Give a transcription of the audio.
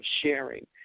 sharing